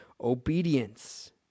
obedience